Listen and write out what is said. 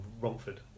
Romford